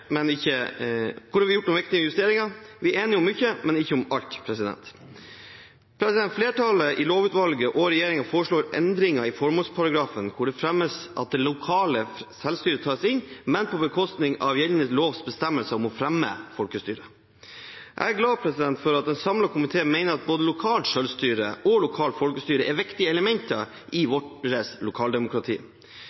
men det er gjort noen viktige justeringer. Vi er enige om mye, men ikke om alt. Flertallet i lovutvalget og regjeringen foreslår endringer i formålsparagrafen hvor det fremmes at det lokale selvstyret tas inn, men på bekostning av gjeldende lovs bestemmelser om å fremme folkestyret. Jeg er glad for at en samlet komité mener at både lokalt selvstyre og lokalt folkestyre er viktige elementer i